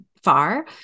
far